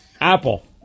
apple